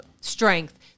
strength